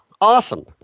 Awesome